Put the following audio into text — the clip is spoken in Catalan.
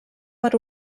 per